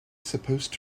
supposed